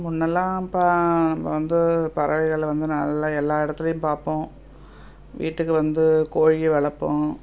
முன்னெல்லாம் ப வந்து பறவைகள் வந்து நல்லா எல்லா இடத்துலையும் பார்ப்போம் வீட்டுக்கு வந்து கோழிகள் வளர்ப்போம்